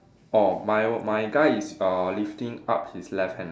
orh my my guy is uh lifting up his left hand